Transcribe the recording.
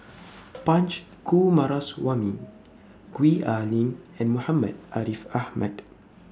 Punch Coomaraswamy Gwee Ah Leng and Muhammad Ariff Ahmad